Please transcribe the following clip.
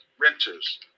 renters